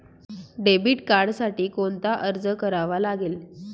Debit कार्डसाठी कोणता अर्ज करावा लागेल?